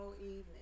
evening